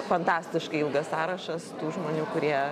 fantastiškai ilgas sąrašas tų žmonių kurie